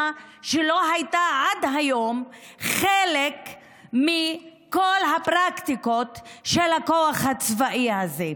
שלא הייתה עד היום חלק מכל הפרקטיקות של הכוח הצבאי הזה.